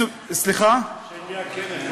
של מי הכנס?